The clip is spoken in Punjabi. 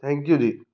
ਥੈਂਕ ਯੂ ਜੀ